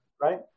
Right